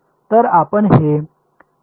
तर मग इथे काय होईल